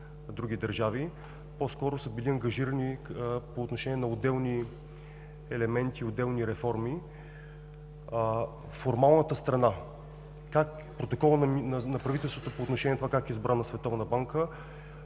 други държави, по-скоро са били ангажирани по отношение на отделни елементи и отделни реформи. Формалната страна – протоколът на правителството по отношение на това как е избрана Световната банка,